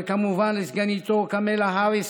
וכמובן לסגניתו קמלה האריס,